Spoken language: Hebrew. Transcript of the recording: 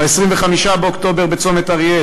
ב-17 באוקטובר בירושלים,